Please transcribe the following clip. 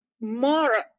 more